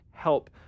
help